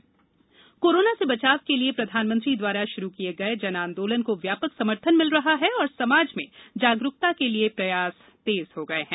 जन आंदोलन appeal corona से बचाव के लिए प्रधानमंत्री द्वारा शुरू किये गये जन आंदोलन को व्यापक समर्थन मिल रहा है और समाज में जागरूकता के लिए प्रयास तेज हो गये है